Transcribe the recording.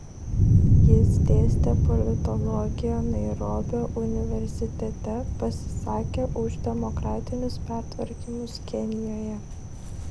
jis dėstė politologiją nairobio universitete pasisakė už demokratinius pertvarkymus kenijoje